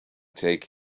take